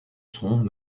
sont